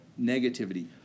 negativity